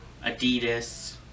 Adidas